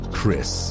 Chris